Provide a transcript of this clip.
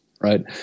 right